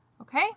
Okay